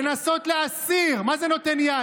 לנסות להסיר, מה זה "נותן יד"?